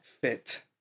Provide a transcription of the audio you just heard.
Fit